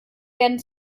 werden